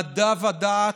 מדע ודעת,